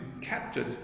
captured